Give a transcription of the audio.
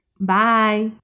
Bye